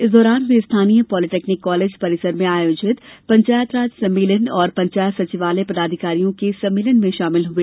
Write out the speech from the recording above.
इस दौरान वे स्थानीय पोलिटेक्निक कॉलेज परिसर में आयोजित पंचायत राज सम्मेलन और पंचायत सचिवालय पदाधिकारियों के सम्मेलन में शामिल हुए